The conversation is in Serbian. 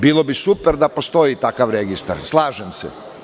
Bilo bi super da postoji takav registar, slažem se.